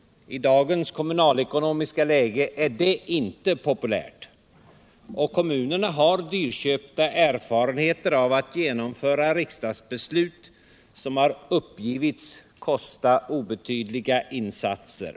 I dagens kommunalekonomiska läge är det inte populän, och kommunerna har dyrköpta erfarenheter av att genomföra riksdagsbeslut som uppgivits medföra obetydliga insatser.